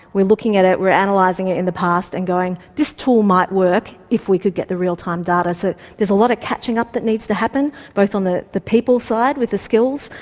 we're looking at it, we're analysing it in the past, and going, this tool might work if we could get the real-time data. so there's a lot of catching up that needs to happen, both on the the people side, with the skills,